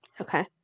Okay